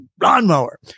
lawnmower